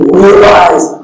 realize